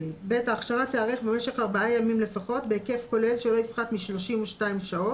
ההכשרה תיערך במשך ארבעה ימים לפחות בהיקף כולל שלא יפחת מ-32 שעות,